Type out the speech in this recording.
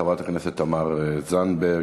חברת הכנסת תמר זנדברג,